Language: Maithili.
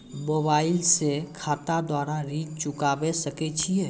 मोबाइल से खाता द्वारा ऋण चुकाबै सकय छियै?